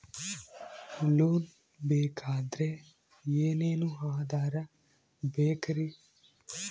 Loan ಬೇಕಾದ್ರೆ ಏನೇನು ಆಧಾರ ಬೇಕರಿ?